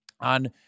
on